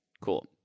Cool